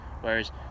Whereas